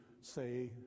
say